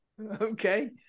Okay